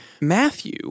Matthew